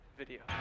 video